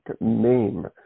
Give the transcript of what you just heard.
name